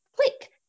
click